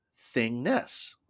thingness